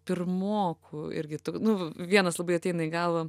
pirmokų irgi nu vienas labai ateina į galvą